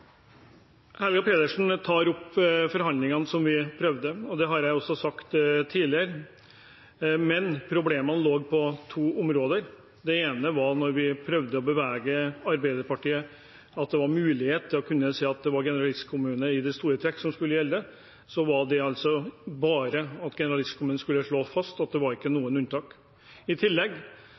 Helga Pedersen tar opp forhandlingene som vi prøvde på – jeg har også sagt dette tidligere. Det var problemer på to områder. Det ene var da vi prøvde å bevege Arbeiderpartiet, at det var mulighet for å kunne si at det i store trekk var generalistkommuner som skulle gjelde. Da var det bare at generalistkommunen skulle slås fast, at det ikke var noen unntak. I tillegg